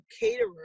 caterer